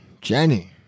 Jenny